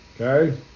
Okay